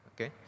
Okay